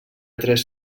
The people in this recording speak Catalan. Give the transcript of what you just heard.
tres